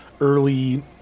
early